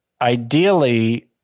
Ideally